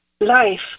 life